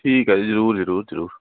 ਠੀਕ ਹੈ ਜੀ ਜ਼ਰੂਰ ਜ਼ਰੂਰ ਜ਼ਰੂਰ